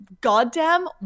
goddamn